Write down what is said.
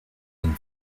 and